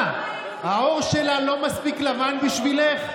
מה, העור שלה לא מספיק לבן בשבילך?